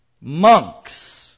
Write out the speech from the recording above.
Monks